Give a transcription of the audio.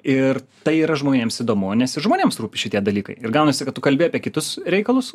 ir tai yra žmonėms įdomu nes ir žmonėms rūpi šitie dalykai ir gaunasi kad tu kalbi apie kitus reikalus